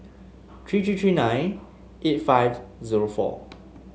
three three three nine eight five zero four